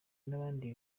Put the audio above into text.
n’abandi